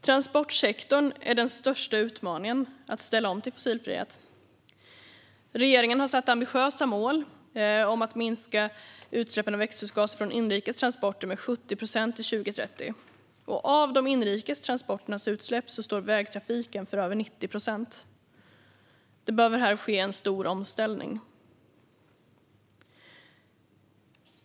Transportsektorn är den största utmaningen när det gäller att ställa om till fossilfrihet. Regeringen har satt ett ambitiöst mål om att minska utsläppen av växthusgaser från inrikes transporter med 70 procent till 2030. Av de inrikes transporternas utsläpp står vägtrafiken för över 90 procent. Här behövs en stor omställning.